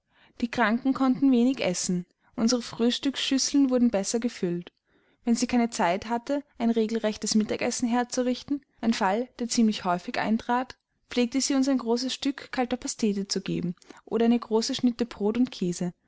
die kranken konnten wenig essen unsere frühstücksschüsseln wurden besser gefüllt wenn sie keine zeit hatte ein regelrechtes mittagessen herzurichten ein fall der ziemlich häufig eintrat pflegte sie uns ein großes stück kalter pastete zu geben oder eine große schnitte brot und käse